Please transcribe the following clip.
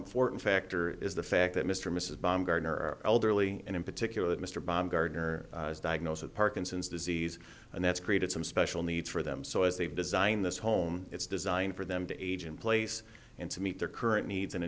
important factor is the fact that mr or mrs baumgardner elderly and in particular that mr baumgartner diagnosed with parkinson's disease and that's created some special needs for them so as they've designed this home it's designed for them to age in place and to meet their current needs an